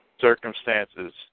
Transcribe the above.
circumstances